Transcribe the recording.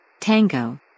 Tango